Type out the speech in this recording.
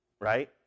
right